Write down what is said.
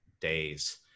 days